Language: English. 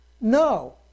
No